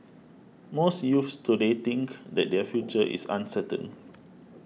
most youths today think that their future is uncertain